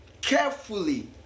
carefully